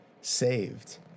saved